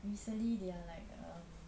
recently they are like um